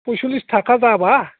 पयस'ल्लिस थाखा जाब्ला